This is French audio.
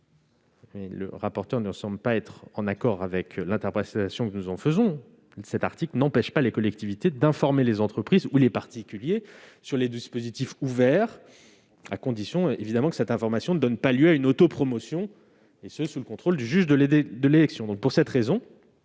le rapporteur ne semble pas en accord avec l'interprétation du Gouvernement. Pourtant, cet article n'empêche pas les collectivités d'informer les entreprises ou les particuliers sur les dispositifs ouverts, à condition que cette information ne donne pas lieu à une autopromotion, et ce sous le contrôle du juge de l'élection.